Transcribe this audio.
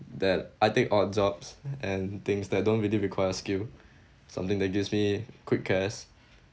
that I take odd jobs and things that don't really require skill something that gives me quick cash